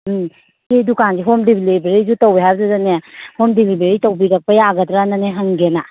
ꯎꯝ ꯏꯆꯦ ꯗꯨꯀꯥꯟꯁꯦ ꯍꯣꯝ ꯗꯤꯂꯤꯕꯔꯤꯁꯨ ꯇꯧꯏ ꯍꯥꯏꯕꯗꯨꯗꯅꯦ ꯍꯣꯝ ꯗꯤꯂꯤꯕꯔꯤ ꯇꯧꯕꯤꯔꯛꯄ ꯌꯥꯒꯗ꯭ꯔꯅꯅꯦ ꯍꯪꯒꯦꯅ